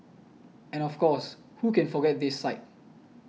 and of course who can forget this sight